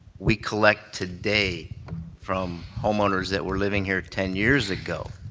we collect today from homeowners that were living here ten years ago,